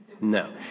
No